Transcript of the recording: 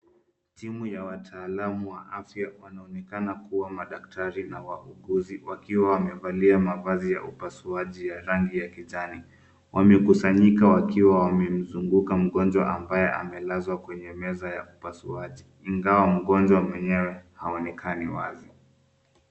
Timu ya wataalamu wa afya wanaonekana kuwa madaktari na wauguzi wakiwa wamevalia mavazi ya upasuaji ya rangi ya kijani. Wamekusanyika wakiwa wamemzunguka mgonjwa ambaye amelazwa kwenye meza ya upasuaji ingawa mgonjwa mwenyewe haonekani wazi.